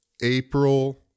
April